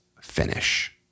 finish